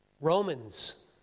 Romans